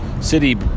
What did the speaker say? city